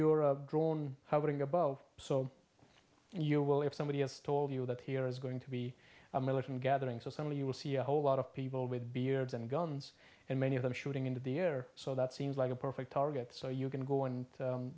are a drone how going above so you will if somebody has told you that here is going to be a militant gathering so some of you will see a whole lot of people with beards and guns and many of them shooting into the air so that seems like a perfect target so you can go and